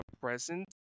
present